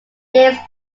games